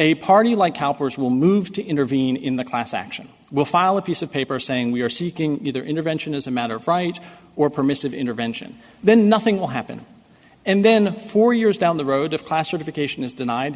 a party like ours will move to intervene in the class action will file a piece of paper saying we are seeking either intervention as a matter of right or permissive intervention then nothing will happen and then four years down the road of classification is denied